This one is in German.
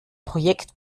projekt